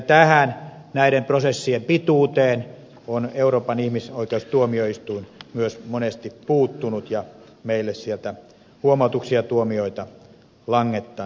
tähän näiden prosessien pituuteen on euroopan ihmisoikeustuomioistuin myös monesti puuttunut ja meille sieltä huomautuksia ja tuomioita langettanut